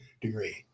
degree